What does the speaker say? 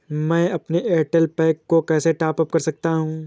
मैं अपने एयरटेल पैक को कैसे टॉप अप कर सकता हूँ?